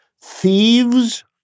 thieves